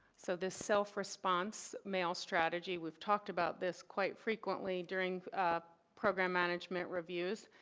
so this self response mail strategy we talked about this quite frequently during program management reviews.